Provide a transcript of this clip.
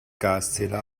gaszähler